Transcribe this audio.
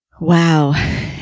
Wow